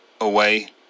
away